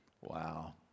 Wow